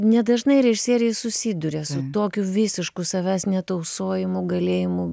nedažnai režisieriai susiduria su tokiu visišku savęs netausojimu galėjimu